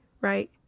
Right